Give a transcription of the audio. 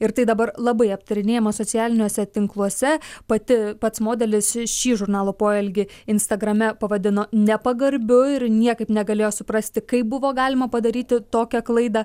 ir tai dabar labai aptarinėjama socialiniuose tinkluose pati pats modelis šį žurnalo poelgį instagrame pavadino nepagarbiu ir niekaip negalėjo suprasti kaip buvo galima padaryti tokią klaidą